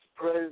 Praise